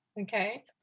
okay